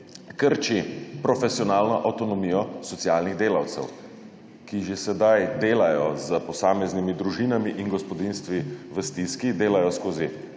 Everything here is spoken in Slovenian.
krči profesionalno avtonomijo socialnih delavcev, ki že sedaj delajo z posameznimi družinami in gospodinjstvi v stiski, delajo skozi